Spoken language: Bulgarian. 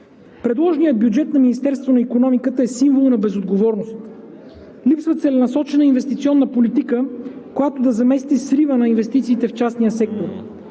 Предложеният бюджет на Министерството на икономиката е символ на безотговорност. Липсва целенасочена инвестиционна политика, която да замести срива на инвестициите в частния сектор.